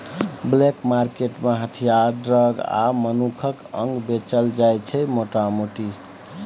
black market मे हथियार, drug आ मनुखक अंग बेचल जाइ छै मोटा मोटी